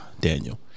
Daniel